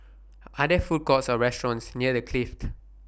Are There Food Courts Or restaurants near The Clift